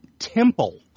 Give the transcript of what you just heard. temple